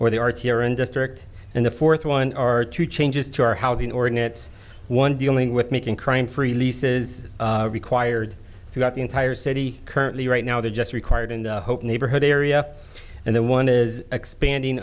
or they are here in district and the fourth one are two changes to our housing ordinance one dealing with making crime free leases required throughout the entire city currently right now they're just required in the hope neighborhood area and then one is expanding